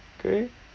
okay